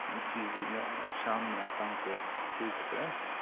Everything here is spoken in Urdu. جی جی میں شام میں آتا ہوں پھر ٹھیک ہے پھر ایں